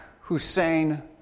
Hussein